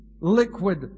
liquid